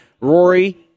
Rory